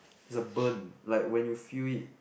it's a burn like when you feel it